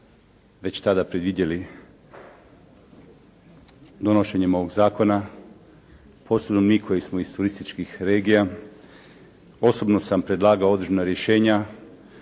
već tada predvidjeli donošenjem ovoga zakona, posebno mi koji smo iz turističkih regija. Osobno sam predlagao određena rješenja,